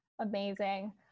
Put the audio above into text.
Amazing